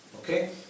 Okay